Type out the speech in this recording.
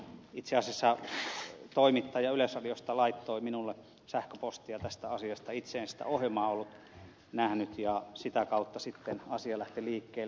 itse asiassa toimittaja yleisradiosta laittoi minulle sähköpostia tästä asiasta itse en sitä ohjelmaa ollut nähnyt ja sitä kautta sitten asia lähti liikkeelle